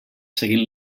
seguint